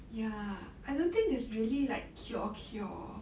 ya I don't think there's really like cure cure